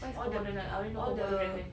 what is comedonal I only know komodo dragon